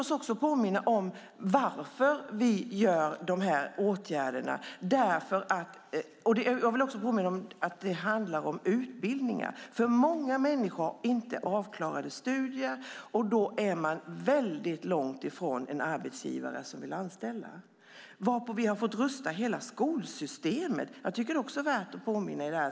Låt oss påminna oss om varför vi vidtar de här åtgärderna, och samtidigt vill jag påminna om att det handlar om utbildningar. Många människor har inte avklarade studier. Då är man väldigt långt ifrån en arbetsgivare som vill anställa. Vi har fått rusta upp hela skolsystemet. Även det är det i sammanhanget värt att påminna om.